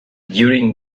during